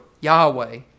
Yahweh